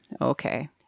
Okay